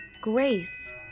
grace